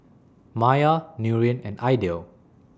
Maya Nurin and Aidil